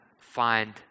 find